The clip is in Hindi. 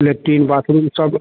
लेट्रिन बाथरूम सब